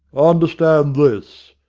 understand this,